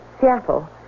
Seattle